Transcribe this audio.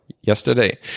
yesterday